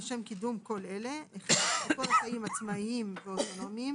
לשם קידום כל אלה: (1) זכותו לחיים עצמאיים ואוטונומיים,